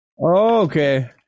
okay